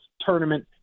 tournament